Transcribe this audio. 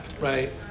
Right